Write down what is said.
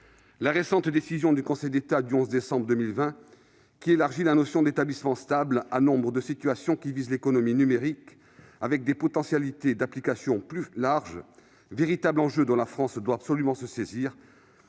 la décision du Conseil d'État du 11 décembre 2020 élargit la notion d'établissement stable à nombre de situations qui visent l'économie numérique, avec des potentialités d'application plus larges. Il s'agit là d'enjeux dont la France doit absolument se saisir,